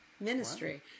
ministry